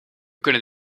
kunnen